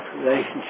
relationship